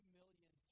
million